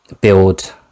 build